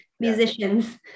musicians